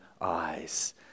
eyes